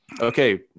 Okay